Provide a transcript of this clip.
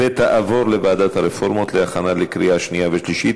ותעבור לוועדת הרפורמות להכנה לקריאה שנייה ושלישית,